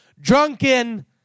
drunken